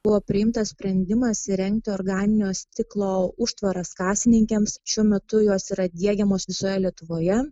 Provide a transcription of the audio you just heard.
buvo priimtas sprendimas įrengti organinio stiklo užtvaras kasininkėms šiuo metu jos yra diegiamos visoje lietuvoje